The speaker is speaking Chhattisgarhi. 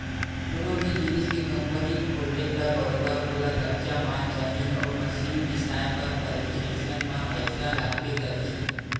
कोनो भी जिनिस के कंपनी खोलबे त बरोबर ओला कच्चा माल चाही अउ मसीन बिसाए बर परही अइसन म पइसा लागबे करही